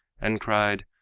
and cried,